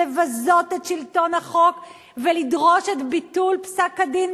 לבזות את שלטון החוק ולדרוש את ביטול פסק-הדין,